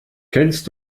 kennst